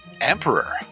Emperor